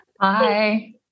Hi